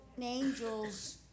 Angels